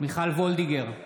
מיכל וולדיגר,